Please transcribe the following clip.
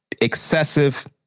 excessive